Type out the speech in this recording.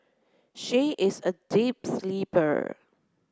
she is a deep sleeper